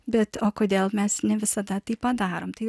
bet o kodėl mes ne visada tai padarom tai